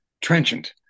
trenchant